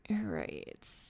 right